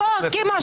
חברת